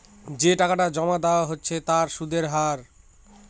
যে টাকাটা জমা দেওয়া হচ্ছে তার সুদের হার